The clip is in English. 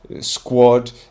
squad